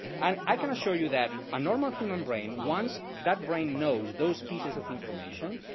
and i can assure you that a normal human brain, once that brain knows those pieces of information,